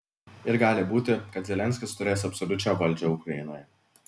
ir gali būti kad zelenskis turės absoliučią valdžią ukrainoje